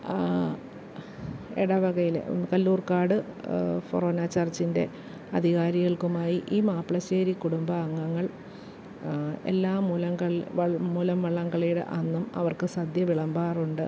ഇടവകയിൽ കല്ലൂർക്കാട് ഫൊറോനാ ചർച്ചിൻ്റെ അധികാരികൾക്കുമായി ഈ മാപ്പിളശ്ശേരി കുടുംബാംഗങ്ങൾ എല്ലാ മൂലം കളി എല്ലാ മൂലംവള്ളം കളിയുടെ അന്നും അവർക്ക് സദ്യ വിളമ്പാറുണ്ട്